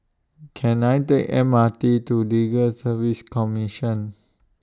Can I Take M R T to Legal Service Commission